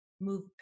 move